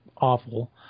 awful